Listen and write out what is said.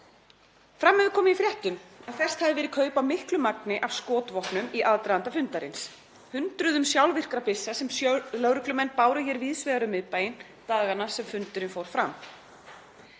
Fram hefur komið í fréttum að fest hafi verið kaup á miklu magni af skotvopnum í aðdraganda fundarins, hundruðum sjálfvirkra byssa sem lögreglumenn báru hér víðs vegar um miðbæinn dagana sem fundurinn fór fram.